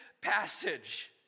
passage